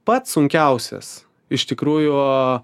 pats sunkiausias iš tikrųjų